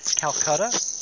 Calcutta